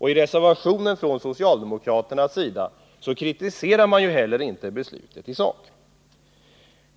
I reservationen från socialdemokraterna kritiserar man inte heller regeringen för dess ställningstagande i sakfrågan.